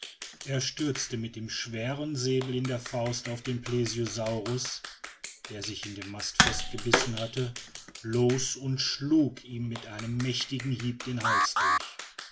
er stürzte mit dem schweren säbel in der faust auf den plesiosaurus der sich in den mast festgebissen hatte los und und schlug ihm mit einem mächtigen hiebe den hals durch